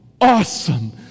Awesome